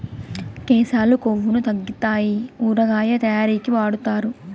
కేశాలు కొవ్వును తగ్గితాయి ఊరగాయ తయారీకి వాడుతారు